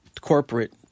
corporate